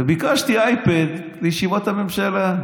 ביקשתי אייפד לישיבות הממשלה.